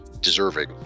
deserving